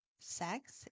sex